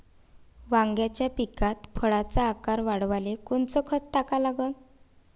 वांग्याच्या पिकात फळाचा आकार वाढवाले कोनचं खत टाका लागन?